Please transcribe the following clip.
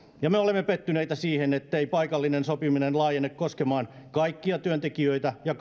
ja me olemme pettyneitä siihen ettei paikallinen sopiminen laajene koskemaan kaikkia yrityksiä ja